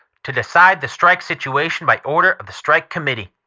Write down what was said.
to decide the strike situation by order of the strike committee.